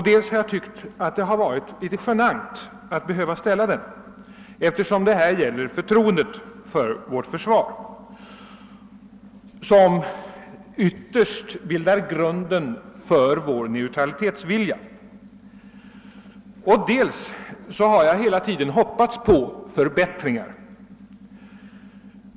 Dels har jag tyckt att det hade varit litet genant att behöva ställa den, eftersom det här gäller förtroendet för vårt försvar, som ytterst bildar grunden för vår neutralitetsvilja, dels har jag hela tiden hoppats på förbättringar.